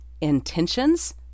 intentions